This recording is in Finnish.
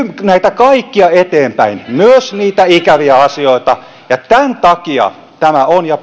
näitä kaikkia eteenpäin myös niitä ikäviä asioita ja tämän takia tämä on ja